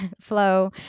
Flow